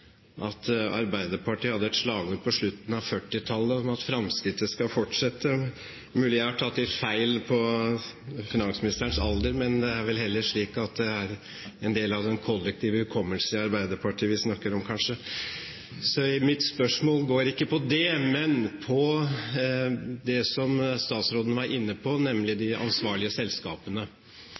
at Arbeiderpartiet hadde et slagord på slutten av 1940-tallet om at framskrittet skal fortsette. Det er mulig jeg har tatt litt feil av finansministerens alder, men det er vel heller slik at det er en del av den kollektive hukommelse i Arbeiderpartiet vi snakker om. Mitt spørsmål går ikke på det, men på det som statsråden var inne på, nemlig de ansvarlige selskapene.